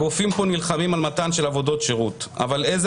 הגופים פה נלחמים על מתן עבודות שירות אבל איזה